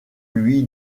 lui